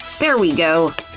there we go.